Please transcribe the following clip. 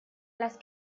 las